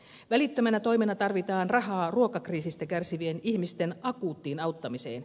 välittömänä toimena tarvitaan rahaa ruokakriisistä kärsivien ihmisten akuuttiin auttamiseen